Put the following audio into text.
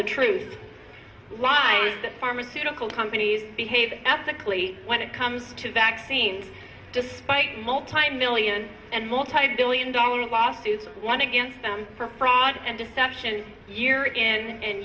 the truth why the pharmaceutical companies behave ethically when it comes to that scene despite multimillion and multibillion dollar lawsuit one against them for fraud and deception year in and